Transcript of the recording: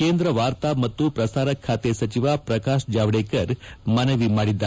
ಕೇಂದ್ರ ವಾರ್ತಾ ಮತ್ತು ಪ್ರಸಾರ ಖಾತೆ ಸಚಿವ ಪ್ರಕಾಶ್ ಜಾವಡೇಕರ್ ಮನವಿ ಮಾಡಿದ್ದಾರೆ